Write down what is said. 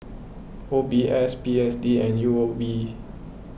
O B S P S D and U O B